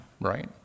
right